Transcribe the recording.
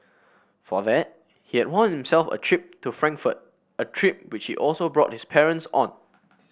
for that he had won himself a trip to Frankfurt a trip which he also brought his parents on